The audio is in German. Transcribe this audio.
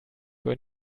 für